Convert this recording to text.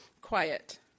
quiet